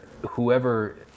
whoever